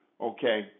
okay